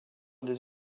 des